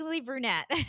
Brunette